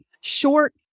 short